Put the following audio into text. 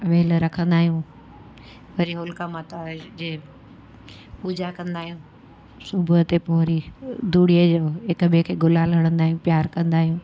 वेल रखंदा आहियूं वरी होलिका माता जे पूजा कंदा आहियूं सुबुह ते पोइ वरी धुड़ीअ जो हिकु ॿिए खे गुलाल हणंदा आहियूं प्यार कंदा आहियूं